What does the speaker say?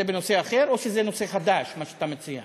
זה בנושא אחר, או שזה נושא חדש, מה שאתה מציע?